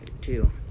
two